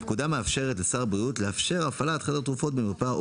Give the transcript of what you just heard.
הפקודה מאפשרת לשר הבריאות לאפשר הפעלת חדר תרופות במרפאה או